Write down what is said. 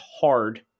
hard